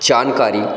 जानकारी